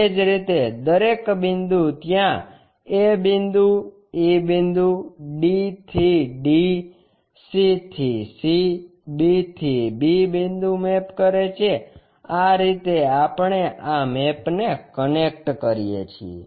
એ જ રીતે દરેક બિંદુ ત્યાં a બિંદુ e બિંદુ d થી d c થી c b થી b બિંદુ મેપ કરે છે આ રીતે આપણે આ મેપને કનેક્ટ કરીએ છીએ